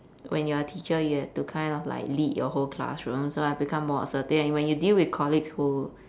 when you're a teacher you have to kind of like lead your whole classroom so I've become more assertive and when you deal with colleagues who